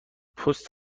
پست